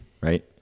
right